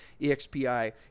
expi